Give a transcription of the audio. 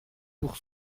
pour